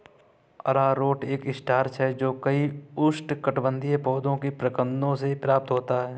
अरारोट एक स्टार्च है जो कई उष्णकटिबंधीय पौधों के प्रकंदों से प्राप्त होता है